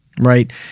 right